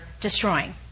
destroying